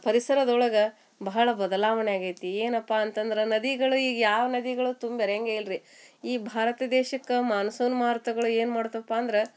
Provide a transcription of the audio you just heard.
ಪರಿಸರದೊಳಗ ಬಹಳ ಬದಲಾವಣೆ ಆಗೈತಿ ಏನಪ್ಪಾ ಅಂತಂದ್ರೆ ನದಿಗಳು ಈಗ ಯಾವ ನದಿಗಳು ತುಂಬ ಅರಿಯಂಗೆ ಇಲ್ರಿ ಈ ಭಾರತ ದೇಶಕ್ಕೆ ಮಾನ್ಸೂನ್ ಮಾರುತಗಳು ಏನು ಮಾಡ್ತಪ್ಪಾ ಅಂದ್ರೆ